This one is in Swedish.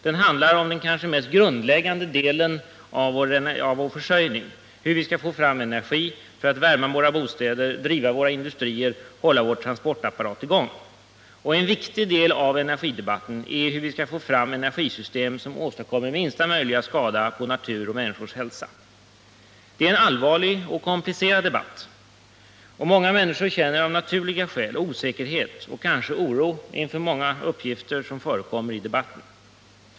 Den handlar om den kanske mest grundläggande delen av vår försörjning — hur vi skall få fram energi för att värma våra bostäder, driva våra industrier och hålla vår transportapparat i gång. En viktig del av energidebatten är hur vi skall få fram energisystem som åstadkommer minsta möjliga skada på natur och människors hälsa. Det är en allvarlig och komplicerad debatt, och många människor känner av naturliga skäl osäkerhet och kanske oro inför många uppgifter som förekommer i debatten.